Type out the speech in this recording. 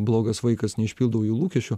blogas vaikas neišpildau jų lūkesčių